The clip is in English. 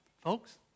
Folks